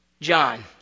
John